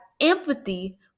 empathy